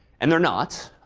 and they're not.